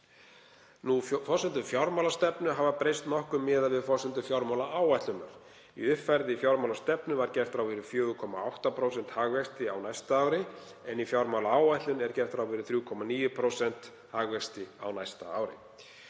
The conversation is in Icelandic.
Forsendur fjármálastefnu hafa breyst nokkuð miðað við forsendur fjármálaáætlunar. Í uppfærðri fjármálastefnu var gert ráð fyrir 4,8% hagvexti á næsta ári en í fjármálaáætlun er gert ráð fyrir 3,9% hagvexti á næsta ári